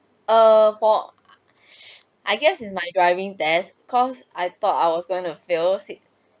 err for shh I guess it's my driving test cause I thought I was going to fail sit